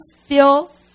feel